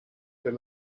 per